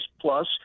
plus